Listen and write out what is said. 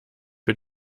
wir